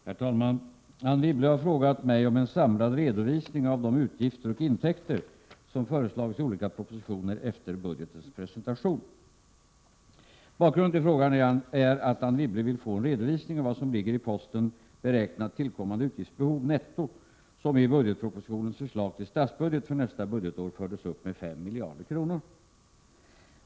Herr talman! Anne Wibble har frågat mig om en samlad redovisning av de utgifter och intäkter som föreslagits i olika propositioner efter budgetens presentation. Bakgrunden till frågan är att Anne Wibble vill få en redovisning av vad som ligger i posten Beräknat tillkommande utgiftsbehov, netto, som i budgetpropositionens förslag till statsbudget för nästa budgetår fördes upp med fem miljarder.